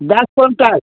दस कुन्टल